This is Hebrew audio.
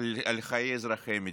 על חיי אזרחי המדינה.